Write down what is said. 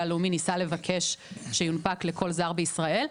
הלאומי ניסה לבקש שיונפק לכל זר בישראל.